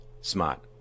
smart